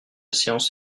séance